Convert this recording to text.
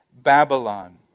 Babylon